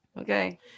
okay